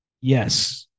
Yes